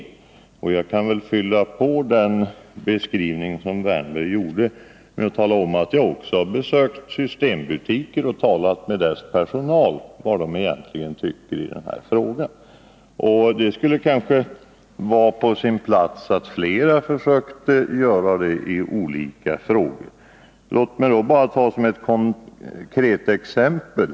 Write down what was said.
Jag kan fylla på den beskrivning som Erik Wärnberg gjorde med att tala om, att jag också har besökt systembutiker och frågat deras personal vad man egentligen tycker i det här sammanhanget. Det skulle kanske vara på sin plats att flera försökte göra det i olika frågor. Låt mig ta ett konkret exempel.